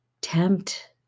tempt